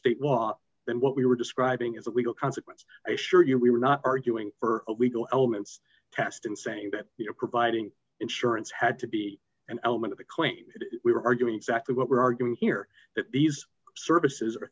state law that what we were describing is a legal consequence i assure you we were not arguing for legal elements test in saying that you're providing insurance had to be an element of the claim that we were arguing exactly what we're arguing here that these services are